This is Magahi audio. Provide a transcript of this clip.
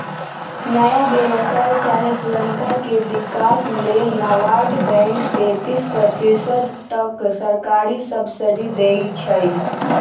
नया व्यवसाय चाहे पुरनका के विकास लेल नाबार्ड बैंक तेतिस प्रतिशत तक सरकारी सब्सिडी देइ छइ